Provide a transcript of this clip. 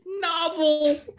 novel